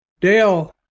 Dale